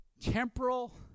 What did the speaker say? temporal